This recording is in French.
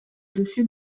dessus